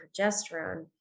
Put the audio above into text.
progesterone